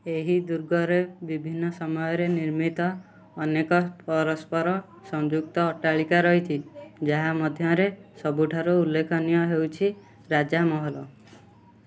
ଏହି ଦୁର୍ଗରେ ବିଭିନ୍ନ ସମୟରେ ନିର୍ମିତ ଅନେକ ପରସ୍ପର ସଂଯୁକ୍ତ ଅଟ୍ଟାଳିକା ରହିଛି ଯାହା ମଧ୍ୟରେ ସବୁଠାରୁ ଉଲ୍ଲେଖନୀୟ ହେଉଛି ରାଜା ମହଲ